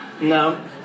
No